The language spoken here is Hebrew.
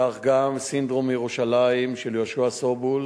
כך גם "סינדרום ירושלים" של יהושע סובול